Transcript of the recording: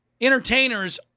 entertainers